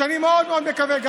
שאני מאוד מאוד מקווה,